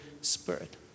Spirit